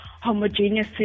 homogeneous